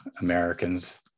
Americans